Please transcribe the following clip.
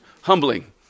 Humbling